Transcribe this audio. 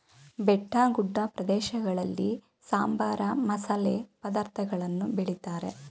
ಬೆಟ್ಟಗುಡ್ಡ ಪ್ರದೇಶಗಳಲ್ಲಿ ಸಾಂಬಾರ, ಮಸಾಲೆ ಪದಾರ್ಥಗಳನ್ನು ಬೆಳಿತಾರೆ